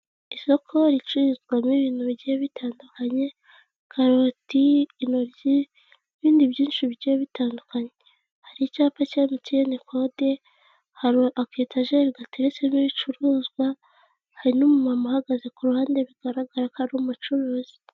Isoko ricuruzwamo ibintu bigiye bitandukanye, karoti, intoryi n'ibindi byinshi bigiye bitandukanye, hari icyapa cya MTN kode, hari aka etajeri gateretsemo ibicuruzwa hari n'umumama uhagaze ku ruhande bigaragara ko ari umucuruzi.